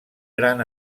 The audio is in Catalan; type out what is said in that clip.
gran